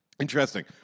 Interesting